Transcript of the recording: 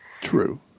True